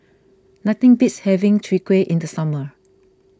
nothing beats having Chwee Kueh in the summer